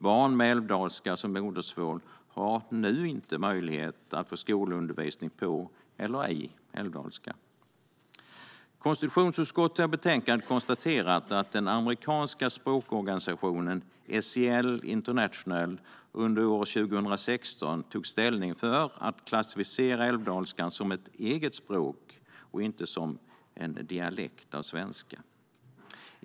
Barn med älvdalska som modersmål har nu inte möjlighet att få skolundervisning på eller i älvdalska. Konstitutionsutskottet har i betänkandet konstaterat att den amerikanska språkorganisationen SIL International under år 2016 tog ställning för att klassificera älvdalskan som ett eget språk och inte som en dialekt av svenska.